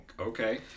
Okay